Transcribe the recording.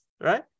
Right